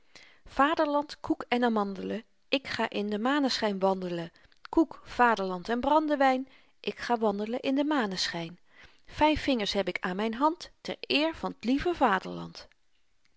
vaderland koek en amandelen ik ga in de maneschyn wandelen koek vaderland en brandewyn ik ga wandelen in de maneschyn vyf vingers heb ik aan myn hand ter eer van t lieve vaderland